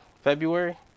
february